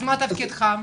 אז מה התפקיד שלכם?